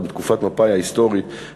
עוד בתקופת מפא"י ההיסטורית,